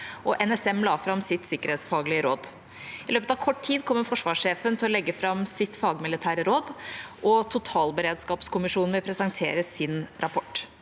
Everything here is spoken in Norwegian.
og NSM la fram sitt sikkerhetsfaglige råd. I løpet av kort tid kommer forsvarssjefen til å legge fram sitt fagmilitære råd, og totalberedskapskommisjonen vil presentere sin rapport.